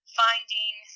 finding